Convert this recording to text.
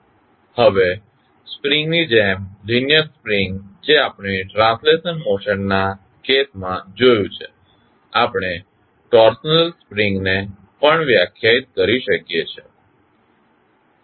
હવે સ્પ્રિંગ ની જેમ લીનીઅર સ્પ્રિંગ જે આપણે ટ્રાન્સલેશનલ મોશનના કેસમાં જોયું છે આપણે ટોર્સનલ સ્પ્રિંગ ને પણ વ્યાખ્યાયિત કરી શકીએ છીએ